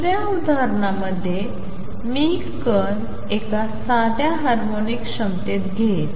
दुसऱ्या उदाहरणामध्ये मी कण एका साध्या हार्मोनिक क्षमतेत घेईन